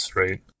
right